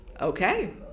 okay